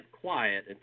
quiet